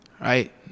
Right